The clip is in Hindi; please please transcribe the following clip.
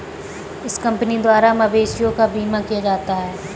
इस कंपनी द्वारा मवेशियों का बीमा किया जाता है